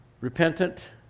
repentant